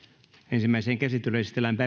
ensimmäiseen käsittelyyn esitellään